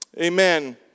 Amen